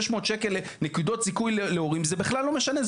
600 שקלים נקודות זיכוי להורים זה בכלל לא משנה,